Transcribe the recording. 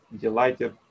delighted